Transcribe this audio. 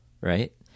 Right